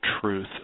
truth